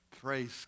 Praise